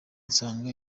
nsanga